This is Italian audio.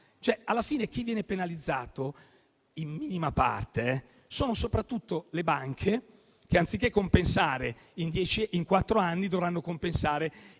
alla fine, chi viene penalizzato in minima parte sono soprattutto le banche che, anziché compensare in quattro anni, dovranno compensare